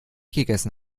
gegessen